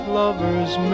lovers